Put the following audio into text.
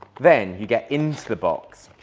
then you get into the box